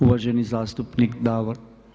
Uvaženi zastupnik Davor.